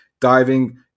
diving